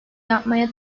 yapmaya